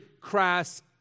crass